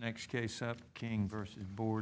next case king versus board